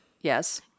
Yes